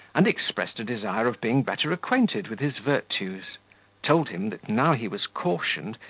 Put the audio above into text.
and expressed a desire of being better acquainted with his virtues told him that now he was cautioned,